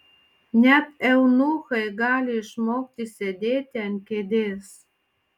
net eunuchai gali išmokti sėdėti ant kėdės